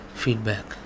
feedback